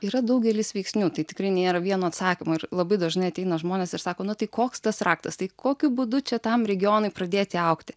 yra daugelis veiksnių tai tikrai nėra vieno atsakymo ir labai dažnai ateina žmonės ir sako na tai koks tas raktas tai kokiu būdu čia tam regionui pradėti augti